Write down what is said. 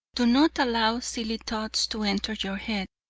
do not allow silly thoughts to enter your head,